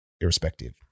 irrespective